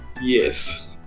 yes